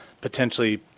potentially